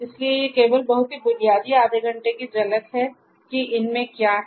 इसलिए ये केवल बहुत ही बुनियादी आधे घंटे की झलक है कि इनमें क्या है